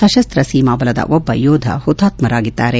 ಸಶಸ್ತ ಸೀಮಾ ಬಲದ ಒಬ್ಬ ಯೋಧ ಹುತಾತ್ಮರಾಗಿದ್ದಾರೆ